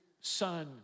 son